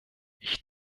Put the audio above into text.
ich